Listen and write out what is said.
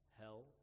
hell